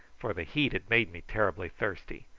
for the heat had made me terribly thirsty.